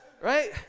Right